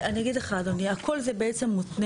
לא, אני אגיד לך אדוני, הכל זה בעצם מותנה.